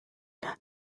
that